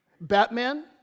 Batman